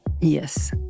Yes